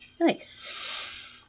nice